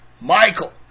Michael